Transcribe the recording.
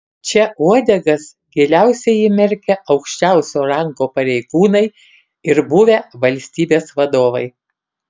čia uodegas giliausiai įmerkę aukščiausio rango pareigūnai ir buvę valstybės vadovai